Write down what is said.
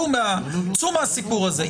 רדו מהסיפור הזה.